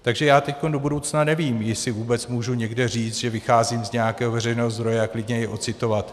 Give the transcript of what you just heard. Takže já teď do budoucna nevím, jestli vůbec můžu někde říct, že vycházím z nějakého veřejného zdroje a klidně i ocitovat.